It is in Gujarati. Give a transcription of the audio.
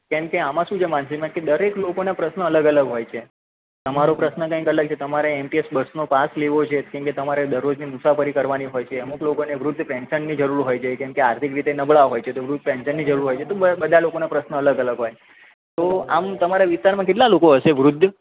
કેમ કે આમાં શું છે માનસિંગભાઈ કે દરેક લોકોના પ્રશ્ન અલગ અલગ હોય છે તમારો પ્રશ્ન કંઈક અલગ છે તમારે એમ ટી એસ બસનો પાસ લેવો છે કેમ કે તમારે દરરોજની મુસાફરી કરવાની હોય છે અમૂક લોકોને વૃદ્ધ પેંશનની જરૂર હોય છે કેમ કે આર્થિક રીતે નબળાં હોય છે તો વૃદ્ધ પેંશનની જરૂર હોય છે તો બધા લોકોના પ્રશ્ન અલગ અલગ હોય તો આમ તમારા વિસ્તારમાં કેટલાં લોકો હશે વૃદ્ધ